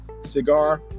Cigar